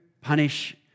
punish